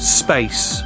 space